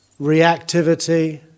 reactivity